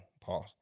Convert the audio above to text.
pause